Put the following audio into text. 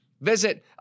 Visit